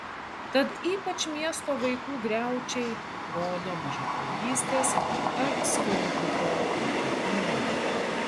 tad ypač miesto vaikų griaučiai rodo mažakraujystės ar skorbuto paplitimą